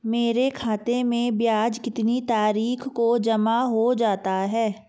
मेरे खाते में ब्याज कितनी तारीख को जमा हो जाता है?